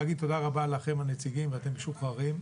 להגיד תודה רבה לכם הנציגים ואתם משוחררים.